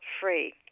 free